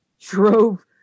drove